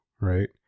right